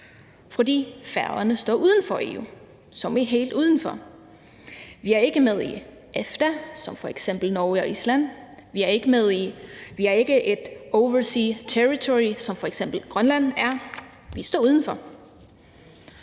fordi Færøerne står uden for EU – som i helt uden for. Vi er ikke med i EFTA, som f.eks. Norge og Island er. Vi er ikke et overseas territory, som f.eks. Grønland er – vi står uden for.